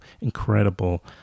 incredible